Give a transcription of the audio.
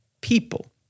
people